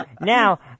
Now